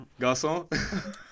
Garçon